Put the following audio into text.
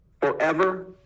forever